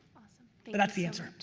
but that's the answer.